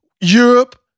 Europe